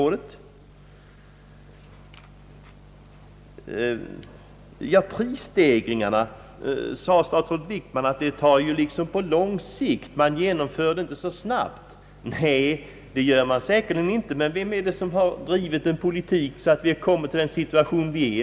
Åtgärder mot prisstegringarna genomförs enligt statsrådet Wickman på lång sikt och inte så snabbt. Nej, snabbt vidtages de säkerligen inte. Vem är det som har drivit en politik så att vi har kommit i den nuvarande situationen?